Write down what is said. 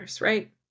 right